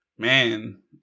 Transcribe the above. man